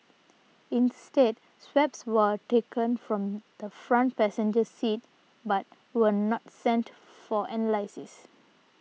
instead swabs were taken from the front passenger seat but were not sent for analysis